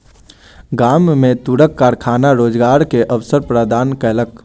गाम में तूरक कारखाना रोजगार के अवसर प्रदान केलक